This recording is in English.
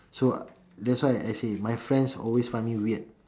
so that's why I say my friends always find me weird